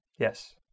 Yes